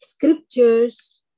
scriptures